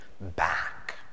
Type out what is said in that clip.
back